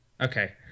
Okay